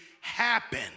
happen